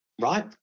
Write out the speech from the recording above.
right